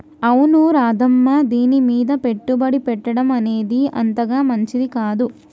అవును రాధమ్మ దీనిమీద పెట్టుబడి పెట్టడం అనేది అంతగా మంచిది కాదు